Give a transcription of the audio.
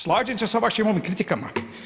Slažem se sa vašim ovim kritikama.